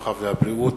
הרווחה והבריאות